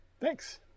Thanks